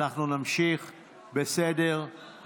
אנחנו נמשיך בסדר-היום,